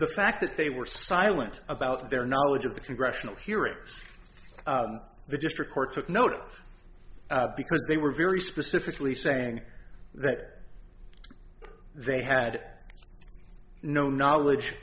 the fact that they were silent about their knowledge of the congressional hearings the district court took notice because they were very specifically saying that they had no knowledge